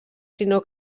sinó